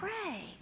pray